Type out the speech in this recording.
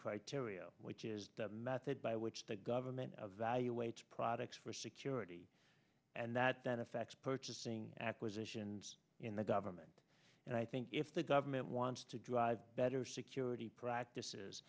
criteria which is the method by which the government of value waits products for security and that then affects purchasing acquisitions in the government and i think if the government wants to drive better security practices